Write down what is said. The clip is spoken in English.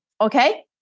Okay